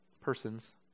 persons